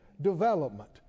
Development